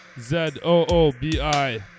Z-O-O-B-I